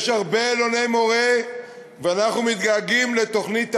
יש הרבה אלוני-מורה ואנחנו מתגעגעים לתוכנית אלון.